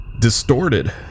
distorted